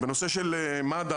בנושא של מד"א,